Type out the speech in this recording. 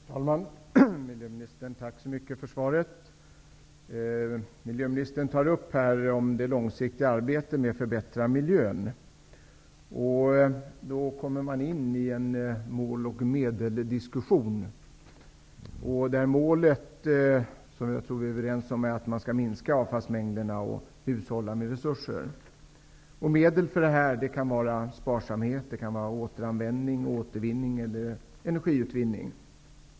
Herr talman! Jag tackar miljöministern för svaret. Miljöministern tar upp det långsiktiga arbetet med att förbättra miljön. Man kommer då in i en måloch medel diskussion. Målet är att man skall minska avfallsmängderna och hushålla med resurser. Medel för det kan vara sparsamhet, återanvändning, återvinning eller energiutvinning.